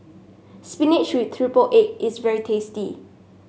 spinach with triple egg is very tasty